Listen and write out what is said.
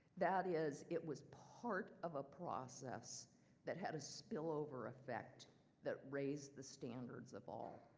that is, it was part of a process that had a spillover effect that raised the standards of all.